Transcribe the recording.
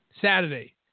Saturday